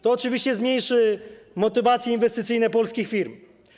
To oczywiście zmniejszy motywacje inwestycyjne polskich firm.